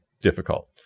difficult